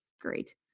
great